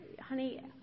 honey